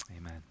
Amen